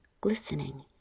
glistening